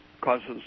causes